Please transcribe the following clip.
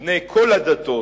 בני כל הדתות,